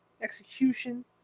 execution